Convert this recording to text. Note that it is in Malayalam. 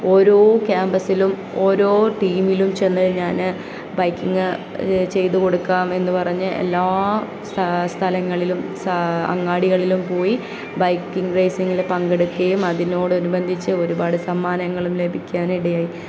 ഓരോ ക്യാമ്പസിലും ഓരോ ടീമിലും ചെന്ന് ഞാൻ ബൈക്കിങ് ചെയ്തു കൊടുക്കാം എന്ന് പറഞ്ഞ് എല്ലാ സ്ഥലങ്ങളിലും അങ്ങാടികളിലും പോയി ബൈക്കിങ്ങ് റേസിങ്ങിൽ പങ്കെടുക്കുകയും അതിനോട് അനുബന്ധിച്ച് ഒരുപാട് സമ്മാനങ്ങളും ലഭിക്കാൻ ഇടയായി